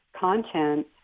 content